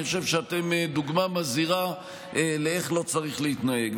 אני חושב שאתם דוגמה מזהירה לאיך לא צריך להתנהג.